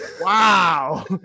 wow